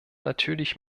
natürlich